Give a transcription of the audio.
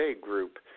group